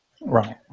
right